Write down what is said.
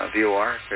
VOR